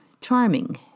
charming